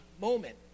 moment